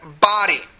body